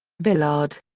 villard.